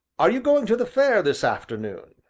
are you going to the fair this afternoon?